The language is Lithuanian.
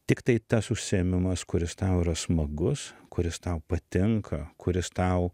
tiktai tas užsiėmimas kuris tau yra smagus kuris tau patinka kuris tau